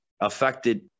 affected